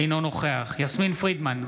אינו נוכח יסמין פרידמן,